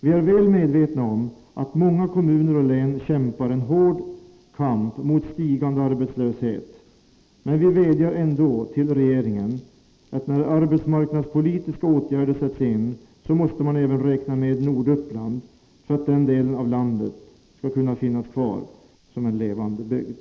Vi är väl medvetna om att många kommuner och län kämpar en hård kamp mot stigande arbetslöshet, men vi vädjar ändå till regeringen att när arbetsmarknadspolitiska åtgärder sätts in, så måste man även räkna med Norduppland för att den delen av landet skall kunna finnas kvar som en levande bygd.